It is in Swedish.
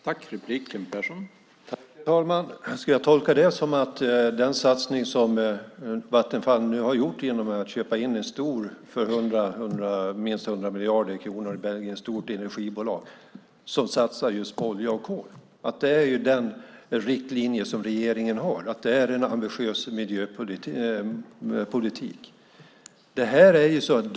Herr talman! Ska jag tolka det som att den satsning som Vattenfall har gjort genom att för minst 100 miljarder kronor köpa ett stort energibolag i Belgien som satsar på olja och kol är den riktlinje som regeringen har och att det är en ambitiös miljöpolitik?